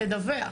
לדווח.